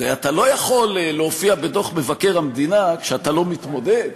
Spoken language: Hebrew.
הרי אתה לא יכול להופיע בדוח מבקר המדינה כשאתה לא מתמודד.